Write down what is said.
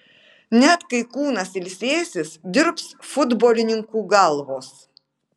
net kai kūnas ilsėsis dirbs futbolininkų galvos